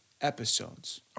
episodes